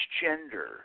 gender